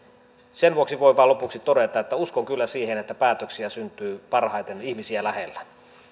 sen vuoksi voin vain lopuksi todeta että uskon kyllä siihen että päätöksiä syntyy parhaiten ihmisiä lähellä